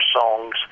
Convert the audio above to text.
songs